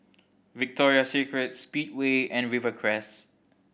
Victoria Secret Speedway and Rivercrest